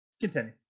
continue